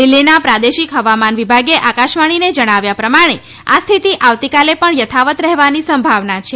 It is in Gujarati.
દિલ્હીના પ્રાદેશિક હવામાન વિભાગે આકાશવાણીને જણાવ્યા પ્રમાણે આ સ્થિતિ આવતીકાલે પણ યથાવત રહેવાની સંભાવના છે